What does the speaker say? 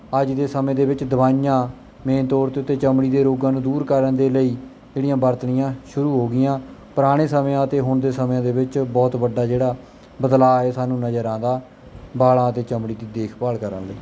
ਅੱਜ ਦੇ ਸਮੇਂ ਦੇ ਵਿੱਚ ਦਵਾਈਆਂ ਮੇਨ ਤੌਰ ਦੇ ਉੱਤੇ ਚਮੜੀ ਦੇ ਰੋਗਾਂ ਨੂੰ ਦੂਰ ਕਰਨ ਦੇ ਲਈ ਜਿਹੜੀਆਂ ਵਰਤਣੀਆਂ ਸ਼ੁਰੂ ਹੋ ਗਈਆਂ ਪੁਰਾਣੇ ਸਮਿਆਂ ਅਤੇ ਹੁਣ ਦੇ ਸਮਿਆਂ ਦੇ ਵਿੱਚ ਬਹੁਤ ਵੱਡਾ ਜਿਹੜਾ ਬਦਲਾਅ ਹੈ ਸਾਨੂੰ ਨਜ਼ਰ ਆਉਂਦਾ ਵਾਲਾਂ ਅਤੇ ਚਮੜੀ ਤੁਸੀਂ ਦੇਖਭਾਲ ਕਰਨ ਲਈ